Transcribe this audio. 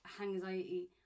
anxiety